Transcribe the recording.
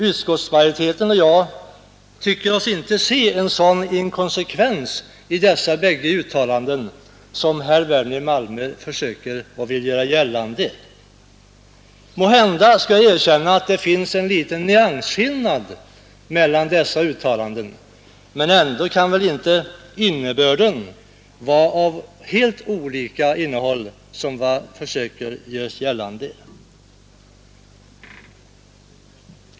Utskottsmajoriteten och jag tycker oss inte se någon sådan inkonsekvens mellan dessa bägge uttalanden. Jag skall erkänna att det finns en liten nyansskillnad mellan uttalandena, men de är inte av helt olika innehåll, som man här försöker göra gällande.